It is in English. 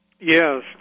Yes